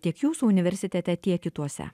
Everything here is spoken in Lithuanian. tiek jūsų universitete tiek kituose